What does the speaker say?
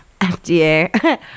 FDA